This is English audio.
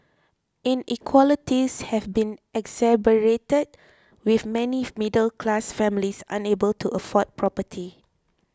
inequalities have been exacerbated with many middle class families unable to afford property